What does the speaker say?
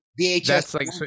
VHS